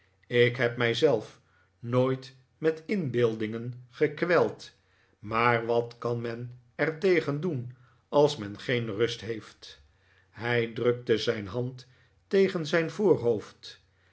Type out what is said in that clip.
ik heb mij zelf nooit met inbeeldingen gekweld maar wat kan men er tegen doen als men geen rust heeft hij drukte zijn hand tegen zijn voorhoofd